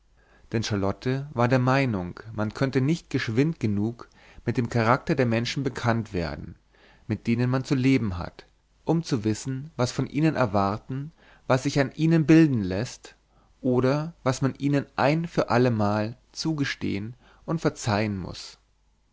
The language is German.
denn charlotte war der meinung man könne nicht geschwind genug mit dem charakter der menschen bekannt werden mit denen man zu leben hat um zu wissen was sich von ihnen erwarten was sich an ihnen bilden läßt oder was man ihnen ein für allemal zugestehen und verzeihen muß